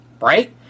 right